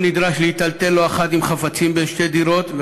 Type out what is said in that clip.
והוא נדרש להיטלטל לא אחת עם חפצים בין שתי הדירות.